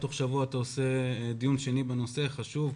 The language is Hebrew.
תוך שבוע אתה מקיים דיון שני בנושא החשוב הזה.